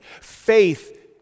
Faith